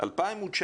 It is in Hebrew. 2019